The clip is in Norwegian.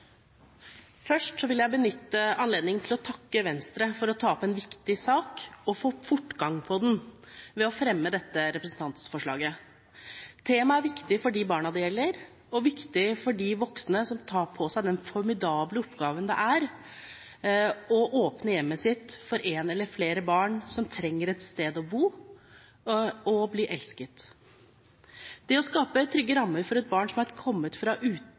Først vil jeg benytte anledningen til å takke Venstre for å ta opp en viktig sak og få fortgang i den ved å fremme dette representantforslaget. Temaet er viktig for de barna det gjelder, og viktig for de voksne som tar på seg den formidable oppgaven det er å åpne hjemmet sitt for ett eller flere barn som trenger et sted å bo og bli elsket. Det å skape trygge rammer for et barn som er kommet fra